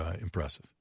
impressive